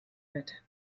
wird